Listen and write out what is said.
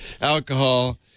alcohol